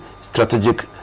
strategic